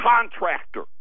contractor